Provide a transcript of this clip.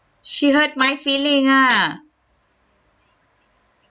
she hurt my feeling ah